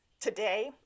Today